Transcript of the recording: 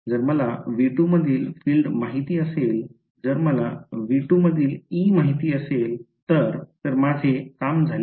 जर मला V2 मधील फील्ड माहित असेल जर मला V2 मधील E माहित असेल तर तर माझे काम झाले का